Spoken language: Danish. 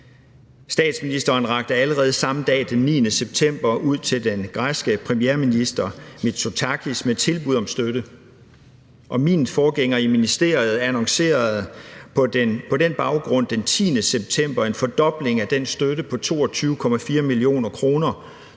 Statsministeren rakte allerede samme dag, den 9. september, hånden ud til den græske premierminister Mitsotakis med tilbud om støtte, og min forgænger i ministeriet annoncerede på den baggrund den 10. september en fordobling af den støtte på 22,4 mio. kr.,